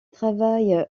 travaille